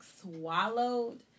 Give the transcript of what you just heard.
swallowed